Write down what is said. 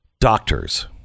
Doctors